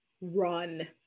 run